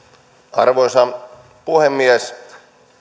arvoisa puhemies